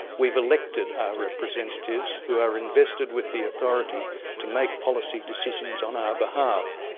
we have elected our representatives who are invested with the authority to make policy decisions on our behalf.